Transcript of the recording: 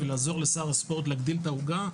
ולעזור לשר הספורט להגדיל את העוגה,